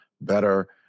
better